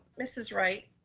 mrs. wright.